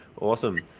awesome